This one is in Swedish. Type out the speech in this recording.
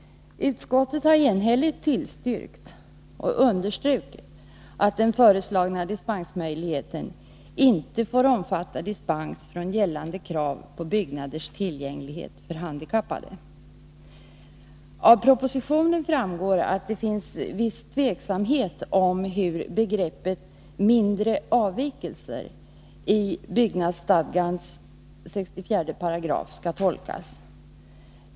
Utskottet har enhälligt tillstyrkt och understrukit att den föreslagna dispensmöjligheten inte får omfatta dispens från gällande krav på byggnaders tillgänglighet för handikappade. Av propositionen framgår att det finns viss tveksamhet om hur begreppet ”mindre avvikelser” i 67 § BS skall tolkas.